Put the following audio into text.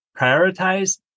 prioritize